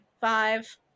Five